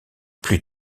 plus